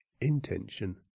intention